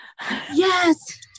Yes